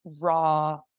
raw